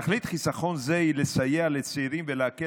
תכלית חיסכון זה היא לסייע לצעירים ולסייע